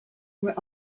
were